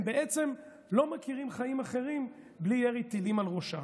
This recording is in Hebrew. הם בעצם לא מכירים חיים אחרים בלי ירי טילים על ראשם.